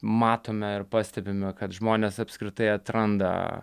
matome ir pastebime kad žmonės apskritai atranda